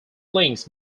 links